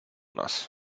nas